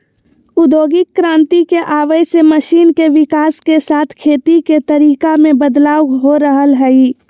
औद्योगिक क्रांति के आवय से मशीन के विकाश के साथ खेती के तरीका मे बदलाव हो रहल हई